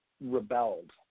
rebelled